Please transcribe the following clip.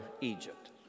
Egypt